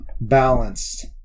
balanced